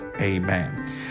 Amen